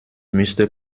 müsste